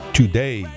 today